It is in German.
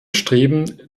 streben